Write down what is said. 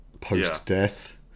post-death